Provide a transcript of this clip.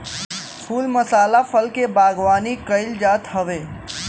फूल मसाला फल के बागवानी कईल जात हवे